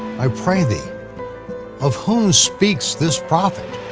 i pray thee of who speaks this prophet?